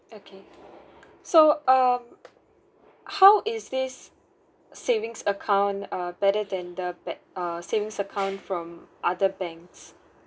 okay so um how is this savings account uh better than the bet~ err savings account from other banks